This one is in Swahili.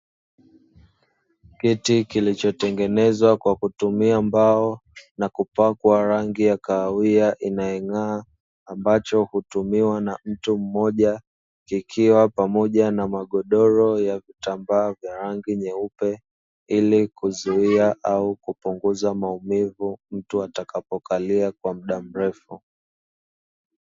Kitu kilichotengenezwa kwa kutumia mbao na kupambwa rangi ya kahawia inayong'aa, ambacho hutumiwa na mtu mmoja kikiwa pamoja na magodoro ya vitambaa vya rangi nyeupe, ili kuzuia au kupunguza maumivu mtu atakapokalia kwa muda mrefu.